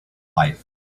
life